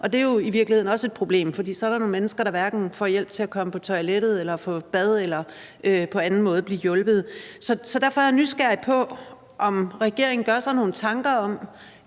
og det er jo i virkeligheden også et problem, for så er der nogle mennesker, der hverken får hjælp til at komme på toilettet eller i bad eller på anden måde kan blive hjulpet. Derfor er jeg nysgerrig på, om regeringen gør sig nogle tanker om,